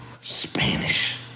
Spanish